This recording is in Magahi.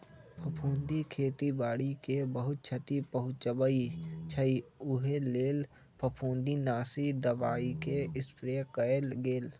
फफुन्दी खेती बाड़ी के बहुत छति पहुँचबइ छइ उहे लेल फफुंदीनाशी दबाइके स्प्रे कएल गेल